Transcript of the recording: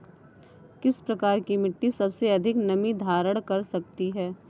किस प्रकार की मिट्टी सबसे अधिक नमी धारण कर सकती है?